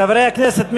חברי הכנסת,